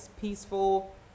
peaceful